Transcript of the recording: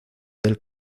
del